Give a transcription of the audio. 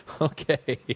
okay